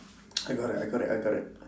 I got it I got it I got it